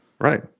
right